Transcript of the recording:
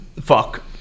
Fuck